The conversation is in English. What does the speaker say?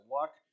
luck